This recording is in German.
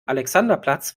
alexanderplatz